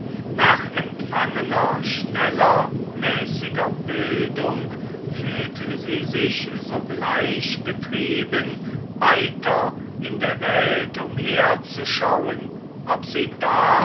nach empfangener schneller mäßiger bildung fühlt sie sich sogleich getrieben weiter in der welt umherzuschauen ob sie da